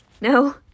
No